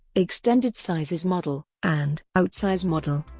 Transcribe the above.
extended-sizes model, and outsize model.